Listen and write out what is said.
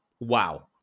wow